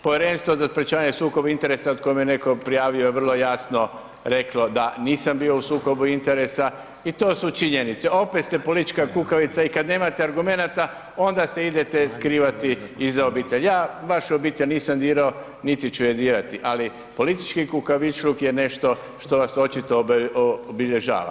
Povjerenstvo za sprečavanje sukoba interesa od tko me netko prijavio je vrlo jasno reklo da nisam bio u sukobu interesa i to su činjenice, opet ste politička kukavica i kad nemate argumenata onda se idete skrivati iza obitelji, ja vašu obitelj nisam dirao, niti ću je dirati, ali politički kukavičluk je nešto što vas očito obilježava.